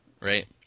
right